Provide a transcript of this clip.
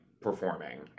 performing